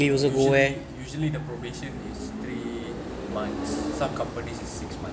usually usually the probation is three months some companies is six months right